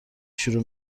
شروع